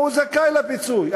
זכאי לפיצוי.